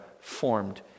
formed